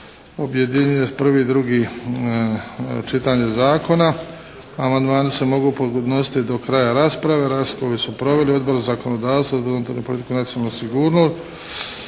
objedinjen je 1. i 2. čitanje zakona. Amandmani se mogu podnositi do kraja rasprave. Raspravu su proveli: Odbor za zakonodavstvo, unutarnju politiku i nacionalnu sigurnost.